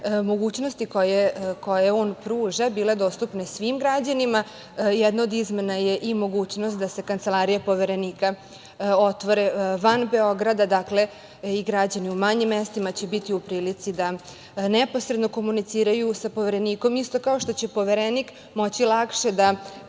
mogućnosti koje on pruža bile dostupne svim građanima, jedna od izmena je i mogućnost da se kancelarije Poverenika otvore van Beograda. Dakle, i građani u manjim mestima će biti u prilici da neposredno komuniciraju sa Poverenikom, isto kao što će Poverenik moći lakše da